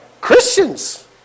Christians